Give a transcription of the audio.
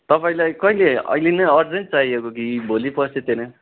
तपाईँलाई कहिले अहिले नै अर्जेन्ट चाहिएको कि भोलि पर्सितिर